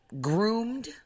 groomed